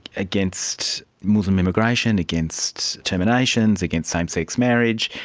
against muslim immigration, against terminations, against same-sex marriage,